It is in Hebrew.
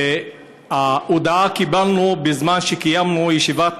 את ההודעה קיבלנו בזמן שקיימנו את ישיבת